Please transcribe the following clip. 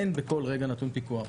אין בכל רגע נתון פיקוח.